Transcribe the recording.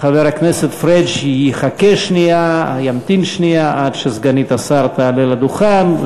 חבר הכנסת פריג' ימתין שנייה עד שסגנית השר תעלה לדוכן,